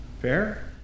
Fair